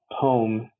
poem